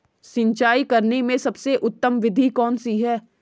सिंचाई करने में सबसे उत्तम विधि कौन सी है?